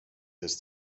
this